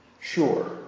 Sure